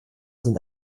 sind